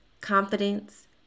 confidence